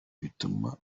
bituma